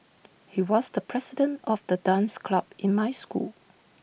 he was the president of the dance club in my school